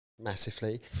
massively